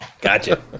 gotcha